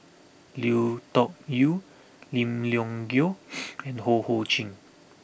Lui Tuck Yew Lim Leong Geok and Ho Ho Ying